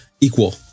equal